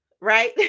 Right